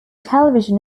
television